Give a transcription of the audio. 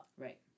Right